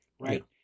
right